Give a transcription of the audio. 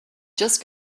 just